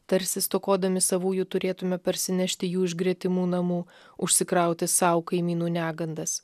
tarsi stokodami savųjų turėtume parsinešti jų iš gretimų namų užsikrauti sau kaimynų negandas